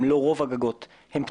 אם לא רוב הגגות פנויים,